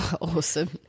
awesome